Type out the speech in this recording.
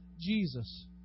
Jesus